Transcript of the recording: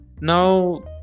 Now